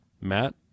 Matt